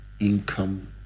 income